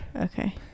Okay